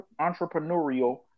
entrepreneurial